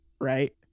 right